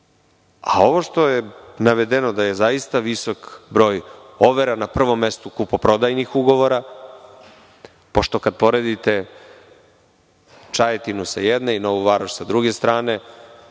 što je navedeno da je zaista visok broj overa, na prvom mestu kupoprodajnih ugovora, pošto kada poredite Čajetinu sa jedne i Novu Varoš sa druge strane,